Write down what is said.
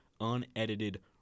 unedited